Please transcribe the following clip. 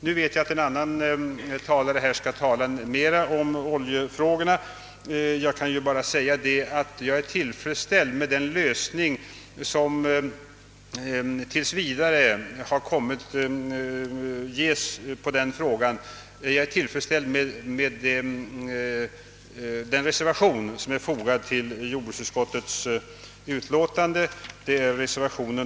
Jag vet att en annan talare skall behandla oljefrågorna ytterligare, varför jag kan nöja mig med att säga att jag är tillfredsställd med den lösning som denna fråga tills vidare har fått enligt reservation nr 2 till jordbruksutskottets utlåtande nr 17.